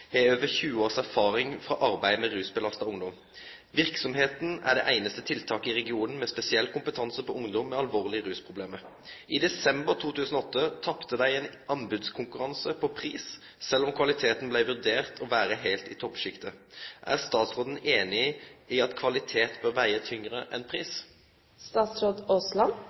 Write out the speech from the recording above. har over 20 års erfaring fra arbeid med rusbelastet ungdom. Virksomheten er det eneste tiltaket i regionen med spesiell kompetanse på ungdom med alvorlige rusproblemer. I desember 2008 tapte de en anbudskonkurranse på pris, selv om kvaliteten ble vurdert å være helt i toppsjiktet. Er statsråden enig i at kvalitet bør veie tyngre enn